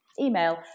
email